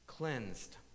Cleansed